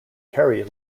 kerry